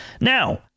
Now